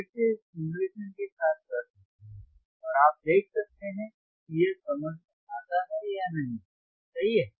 यह आप फिर से सिमुलेशन के साथ कर सकते हैं और आप देख सकते हैं कि यह समझ में आता है या नहीं सही है